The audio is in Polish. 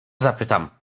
zapytam